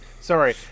Sorry